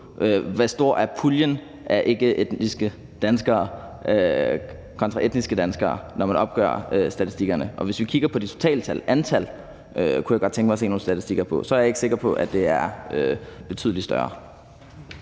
hvor stor puljen af ikkeetniske danskere er kontra etniske danskere, når man opgør statistikkerne. Hvis man kigger på det totale antal – det kunne jeg godt tænke mig at se nogle statistikker på – er jeg ikke sikker på, at det er betydelig større.